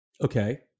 Okay